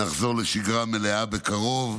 נחזור לשגרה מלאה בקרוב.